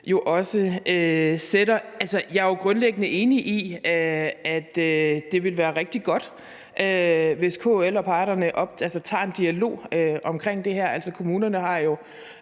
jo også sætter. Altså, jeg er jo grundlæggende enig i, at det vil være rigtig godt, hvis KL og parterne tager en dialog om det her. Kommunerne har jo